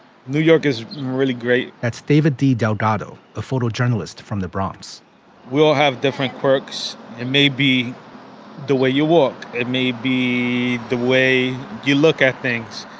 new york is really great. that's david de. delgado, a photojournalist from the bronx we all have different quirks. it may be the way you walk. it may be the way you look at things.